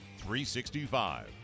365